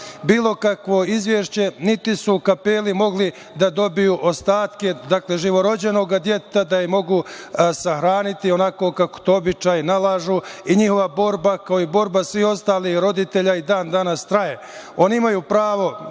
bilo kakav izveštaj, niti su u kapeli mogli da dobiju ostatke, dakle, živorođenog deteta da ga mogu sahraniti onako kako to običaji nalažu. Njihova borba, kao i borba svih ostalih roditelja i dan danas traje. Oni imaju pravo